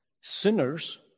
Sinners